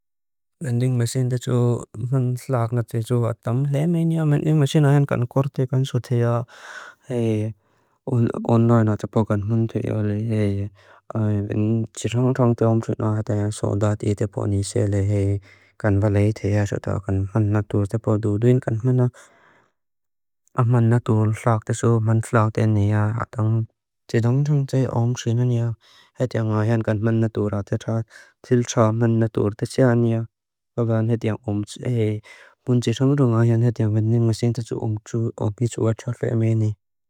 Wénding masín tésu man fláak ná tésu átám, léa meini á man wénding masín á hán kan kúrti kan sú téá, hei, on-line á tápo kan man téo li, hei, chitáng-chang téo ámxúin á hát á yáng sodá tí tépó ni sé li hei, kan baléi téa sú tá kan man nátúr tépó duú duín kan man á man nátúr fláak tésu, man fláak tén ni á átáng chitáng-chang téo ámxúin á ni á, hei, tí áng á hán kan man nátúr á tátá tíl chá man nátúr tésáni á, babáan hei tí áng on-té, hei, bun tésángú du áng hán hei tí áng wénding masín tésu on-chú á kísu átálfé meini.